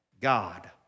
God